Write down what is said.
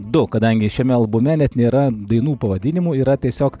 du kadangi šiame albume net nėra dainų pavadinimų yra tiesiog